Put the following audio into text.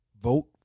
vote